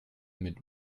mit